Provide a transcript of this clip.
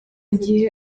gihe